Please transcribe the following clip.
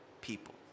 people